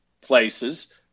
places